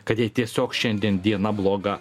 kad jai tiesiog šiandien diena bloga